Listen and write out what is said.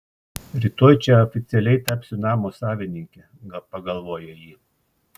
rytoj čia oficialiai tapsiu namo savininke pagalvojo ji